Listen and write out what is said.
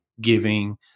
giving